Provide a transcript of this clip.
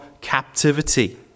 captivity